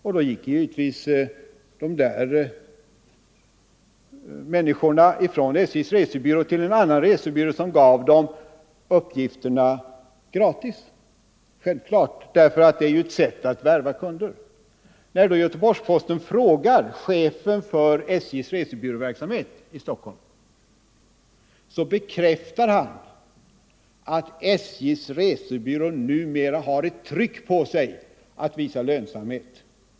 Familjen gick då i stället till en annan resebyrå som lämnade uppgifterna gratis — självfallet, eftersom det är ett sätt att värva kunder. På fråga av Göteborgs-Posten bekräftar chefen för SJ:s resebyråverk samhet i Stockholm att SJ:s resebyrå numera har ett tryck på sig att Nr 128 visa lönsamhet.